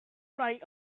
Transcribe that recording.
flying